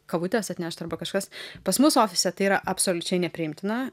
kavutės atnešt arba kažkas pas mus ofise tai yra absoliučiai nepriimtina